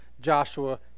Joshua